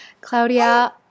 Claudia